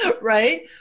Right